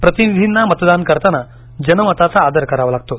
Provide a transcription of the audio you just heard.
प्रतिनिधींना मतदान करताना जनमताचा आदर करावा लागतो